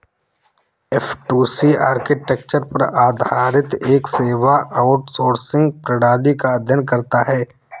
F two C architecture पर आधारित एक सेवा आउटसोर्सिंग प्रणाली का अध्ययन करता है